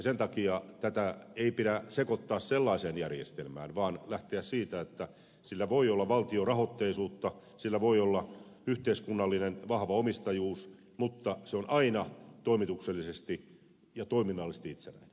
sen takia tätä ei pidä sekoittaa sellaiseen järjestelmään vaan lähteä siitä että sillä voi olla valtion rahoitteisuutta sillä voi olla yhteiskunnallinen vahva omistajuus mutta se on aina toimituksellisesti ja toiminnallisesti itsenäinen